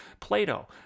Plato